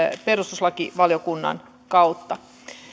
perustuslakivaliokunnan kautta